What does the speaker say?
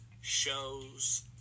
shows